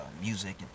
music